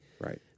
Right